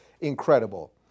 incredible